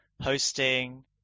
hosting